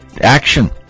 action